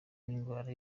n’indwara